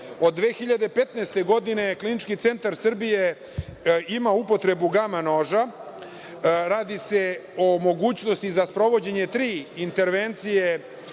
od 2015. godine Klinički centar Srbije ima upotrebu gama noža. Radi se o mogućnosti za sprovođenje tri intervencije